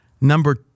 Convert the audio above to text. Number